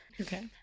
Okay